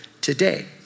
today